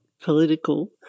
political